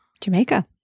Jamaica